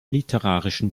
literarischen